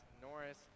Norris